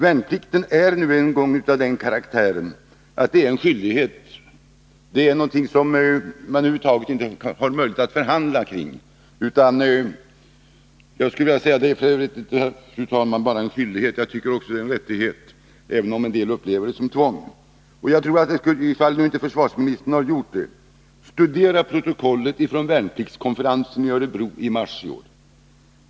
Värnplikten är nu en gång av den karaktären att det är en skyldighet — det är någonting som man över huvud taget inte har möjlighet att förhandla om. Jag anser f. ö., fru talman, att värnplikten inte bara är en skyldighet utan även en rättighet, även om en del upplever den som tvång. Om försvarsministern inte redan gjort det skulle jag vilja uppmana honom att studera protokollet från värnpliktskonferensen i Örebro i mars i år.